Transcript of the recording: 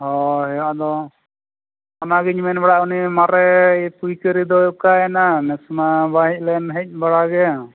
ᱦᱳᱭ ᱟᱫᱚ ᱚᱱᱟ ᱜᱤᱧ ᱵᱟᱲᱟᱭᱮᱫ ᱩᱱᱤ ᱢᱟᱨᱮ ᱯᱟᱹᱭᱠᱟᱹᱨᱤ ᱫᱚ ᱚᱠᱟᱭᱮᱱᱟ ᱱᱮᱥᱢᱟ ᱵᱟᱭ ᱦᱮᱡ ᱞᱮᱱ ᱦᱮᱡ ᱵᱟᱲᱟ ᱜᱮ